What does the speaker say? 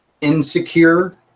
insecure